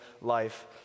life